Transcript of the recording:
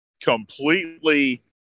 completely